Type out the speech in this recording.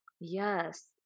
Yes